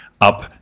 up